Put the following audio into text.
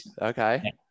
Okay